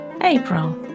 April